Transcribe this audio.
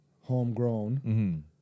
homegrown